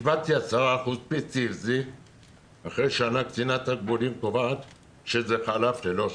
קיבלתי 10% על PTSD. אחרי שנה קצינת תגמולים קבעה שזה חלף ללא שוב.